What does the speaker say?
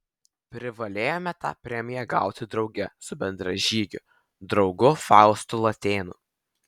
privalėjome tą premiją gauti drauge su bendražygiu draugu faustu latėnu